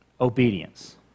Obedience